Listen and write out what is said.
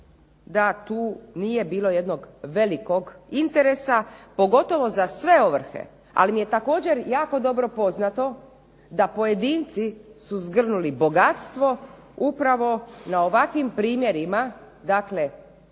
da tu nije bilo jednog velikog interesa pogotovo za sve ovrhe. Ali mi je također jako dobro poznato da su pojedinci zgrnuli bogatstvo upravo na ovakvim primjerima, dakle